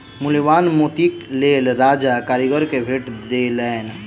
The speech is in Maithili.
मूल्यवान मोतीक लेल राजा कारीगर के भेट देलैन